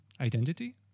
identity